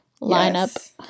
lineup